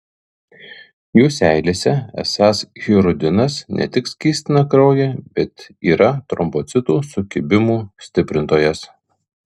jų seilėse esąs hirudinas ne tik skystina kraują bet yra trombocitų sukibimų stiprintojas